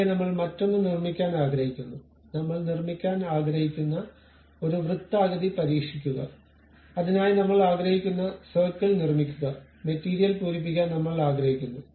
ഇവിടെ നമ്മൾ മറ്റൊന്ന് നിർമ്മിക്കാൻ ആഗ്രഹിക്കുന്നു നമ്മൾ നിർമ്മിക്കാൻ ആഗ്രഹിക്കുന്ന ഒരു വൃത്താകൃതി പരീക്ഷിക്കുക അതിനായി നമ്മൾ ആഗ്രഹിക്കുന്ന സർക്കിൾ നിർമിക്കുക മെറ്റീരിയൽ പൂരിപ്പിക്കാൻ നമ്മൾ ആഗ്രഹിക്കുന്നു